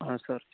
sir